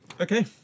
Okay